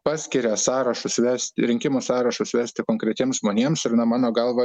paskiria sąrašus vest rinkimų sąrašus vesti konkretiems žmonėms ir na mano galva